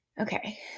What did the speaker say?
Okay